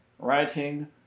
Writing